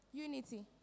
unity